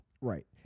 Right